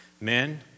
Men